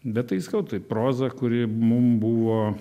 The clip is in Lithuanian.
bet tai sakau tai proza kuri mum buvo